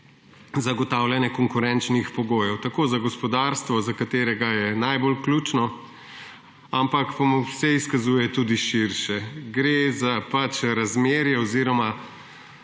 zagotavljanje konkurenčnih pogojev tako za gospodarstvo, za katerega je najbolj ključno, ampak se izkazuje tudi širše. Gre za razmerje oziroma